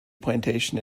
plantation